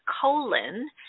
colon